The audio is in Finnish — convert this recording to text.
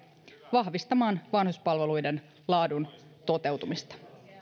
vahvistamaan vanhuspalveluiden laadun toteutumista